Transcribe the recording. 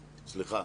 סליחה,